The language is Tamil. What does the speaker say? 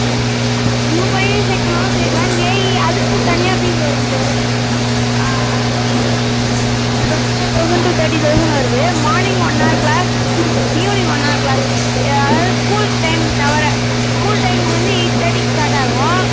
ஓ உங்கள் பையன் சேர்க்கணுன்னா சேர்க்கலாம் ஜேஇஇ அதற்குத் தனியாக ஃபீஸ் வரும் சார் இயர்லி வந்து twenty five thousand to thirty thousand வருது morning one hour class evening one hour class sir அதாவது ஸ்கூல் டைம் தவிர ஸ்கூல் டைம் இங்கே வந்து எயிட் தேர்ட்டிக்கு ஸ்டார்ட்டாகும்